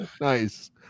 Nice